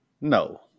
No